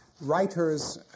Writers